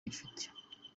gifite